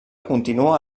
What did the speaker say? continua